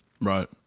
Right